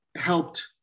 helped